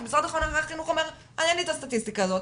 כי משרד החינוך אומר: אין לי את הסטטיסטיקה הזאת,